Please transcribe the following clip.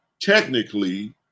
technically